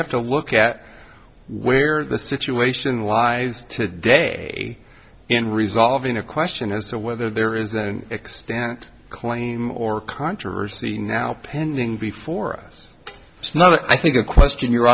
have to look at where the situation lives to day in resolving a question as to whether there is an extent claim or controversy now pending before us it's not a i think a question your